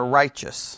righteous